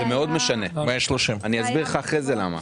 זה מאוד משנה; אני אסביר לך אחרי זה למה.